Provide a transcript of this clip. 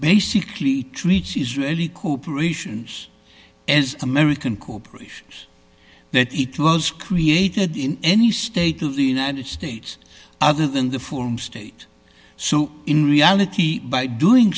basically treats israeli cooper relations and american corporations that it was created in any state of the united states other than the form state so in reality by doing